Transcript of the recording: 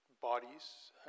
bodies